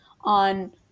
on